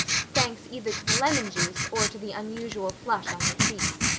thanks either to the lemon juice or to the unusual flush on her cheeks.